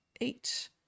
eight